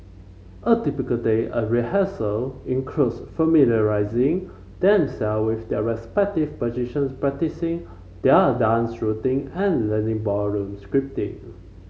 a typical day at rehearsal includes familiarising them self with their respective positions practising their dance routine and learning balloon